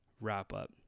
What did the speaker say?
wrap-up